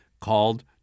called